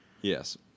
Yes